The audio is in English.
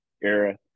era